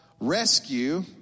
rescue